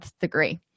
degree